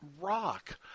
rock